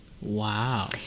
Wow